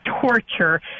torture